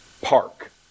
park